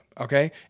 okay